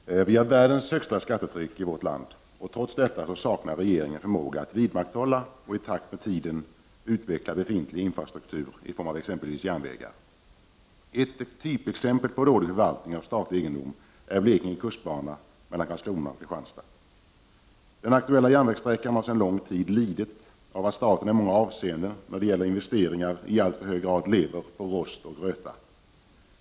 Fru talman! Vi har världens högsta skattetryck i vårt land. Trots detta saknar regeringen förmåga att vidmakthålla och i takt med tiden utveckla befintlig infrastruktur i form av exempelvis järnvägar. Ett typexempel på dålig förvaltning av statlig egendom är Blekinge kustbana mellan Karlskrona och Kristianstad. Den aktvella järnvägssträckan har sedan lång tid lidit av att staten i många avseenden när det gäller investeringar i alltför hög grad lever på rost och röta.